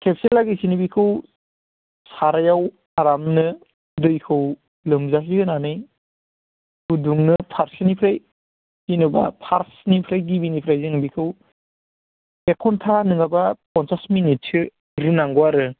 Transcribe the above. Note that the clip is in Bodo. खेबसे लागोसेनो बिखौ सारायाव आरामनो दैखौ लोमजासे होनानै फुदुंनो फारसेनिफ्राय जेनोबा फार्स्टनिफ्राय गिबिनिफ्राय जोङो बिखौ एक घन्टा नङाब्ला पन्सास मिनिटसो रुनांगौ आरो